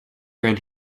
around